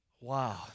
Wow